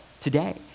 today